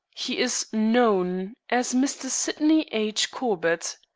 he is known as mr. sydney h. corbett.